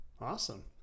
awesome